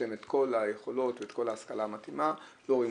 זה אחד הארגונים הגדולים שמתעסק עם